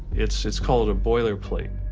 it's it's called a boilerplate.